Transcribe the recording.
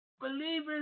Believers